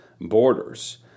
borders